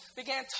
began